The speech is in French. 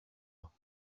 ans